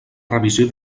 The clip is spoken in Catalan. revisió